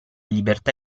libertà